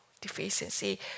deficiency